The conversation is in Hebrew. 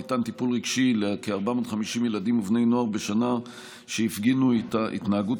ניתן טיפול רגשי לכ-450 ילדים ובני נוער בשנה שהפגינו התנהגות